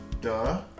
Duh